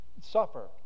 suffer